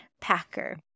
Packer